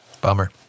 bummer